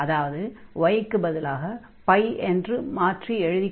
அதாவது y க்குப் பதிலாக என்று மாற்றி எழுதிக் கொள்ள வேண்டும்